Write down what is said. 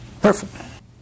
Perfect